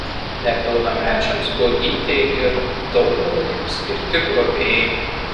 nepilnamečiams guogytei ir daumilai skirti globėjai